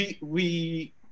we-